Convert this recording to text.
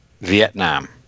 Vietnam